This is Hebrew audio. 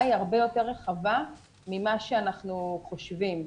היא הרבה יותר רחבה ממה שאנחנו חושבים.